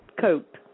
Cope